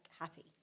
happy